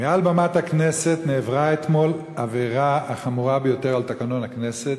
מעל במת הכנסת נעברה אתמול העבירה החמורה ביותר על תקנון הכנסת,